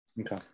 Okay